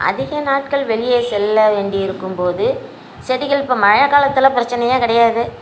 அதிக நாட்கள் வெளியே செல்ல வேண்டி இருக்கும் போது செடிகள் இப்போ மழை காலத்தில் பிரச்சினையே கிடையாது